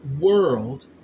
world